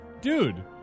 Dude